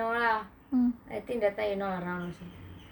no lah I think that time you not around